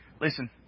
Listen